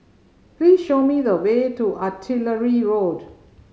please show me the way to Artillery Road